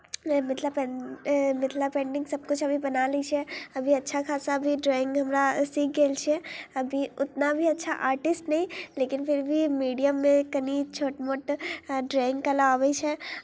मिथिला पे मिथिला पेंटिंग सभकिछु अभी बना लै छियै अभी अच्छा खासा अभी ड्रॉइंग हमरा सीख गेल छियै अभी उतना भी अच्छा आर्टिस्ट नहि लेकिन फिर भी मीडियममे कनी छोट मोट ड्रॉइंग करय लेल अबै छै